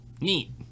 Neat